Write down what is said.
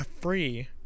free